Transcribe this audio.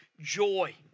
joy